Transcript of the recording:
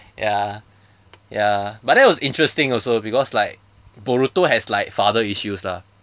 ya ya but that was interesting also because like boruto has like father issues lah